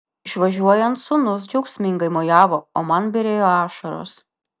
išvažiuojant sūnus džiaugsmingai mojavo o man byrėjo ašaros